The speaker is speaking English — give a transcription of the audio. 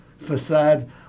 facade